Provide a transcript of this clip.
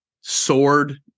sword